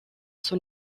son